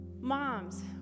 Moms